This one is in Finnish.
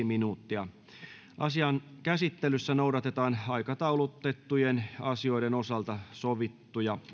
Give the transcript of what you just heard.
minuuttia asian käsittelyssä noudatetaan aikataulutettujen asioiden osalta sovittuja